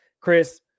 Chris